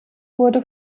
wurde